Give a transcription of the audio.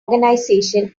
organization